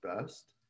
best